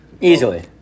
Easily